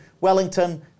Wellington